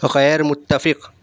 غیر متفق